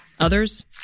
others